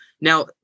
Now